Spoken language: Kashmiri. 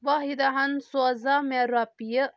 واحِدہ ہَن سوزا مےٚ رۄپیہِ